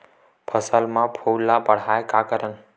फसल म फूल ल बढ़ाय का करन?